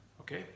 okay